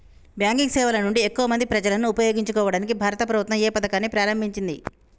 Banking సేవల నుండి ఎక్కువ మంది ప్రజలను ఉపయోగించుకోవడానికి భారత ప్రభుత్వం ఏ పథకాన్ని ప్రారంభించింది?